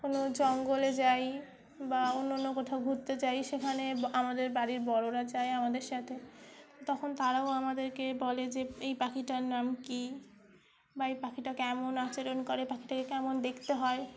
কোনো জঙ্গলে যাই বা অন্যন্য কোথাও ঘুরতে যাই সেখানে আমাদের বাড়ির বড়োরা যায় আমাদের সাথে তখন তারাও আমাদেরকে বলে যে এই পাখিটার নাম কী বা এই পাখিটা কেমন আচরণ করে পাখিটাকে কেমন দেখতে হয়